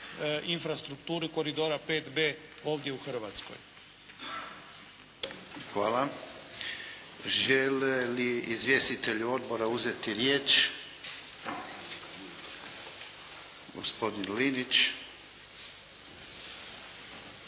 infrastrukture koridora 5B ovdje u Hrvatskoj? **Jarnjak, Ivan (HDZ)** Hvala. Žele li izvjestitelji Odbora uzeti riječ? Gospodin Linić.